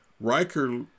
Riker